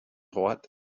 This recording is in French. droite